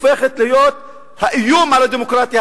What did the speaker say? והיא הופכת להיות האיום על הדמוקרטיה,